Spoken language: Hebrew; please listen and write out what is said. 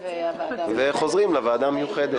וחוזרים לוועדה המיוחדת.